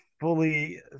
fully